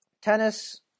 tennis